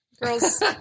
Girls